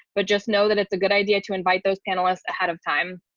but just know that it's a good idea to invite those panelists ahead of time.